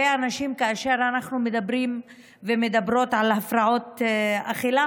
כאשר אנחנו מדברים ומדברות על הפרעות אכילה,